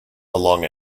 along